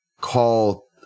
call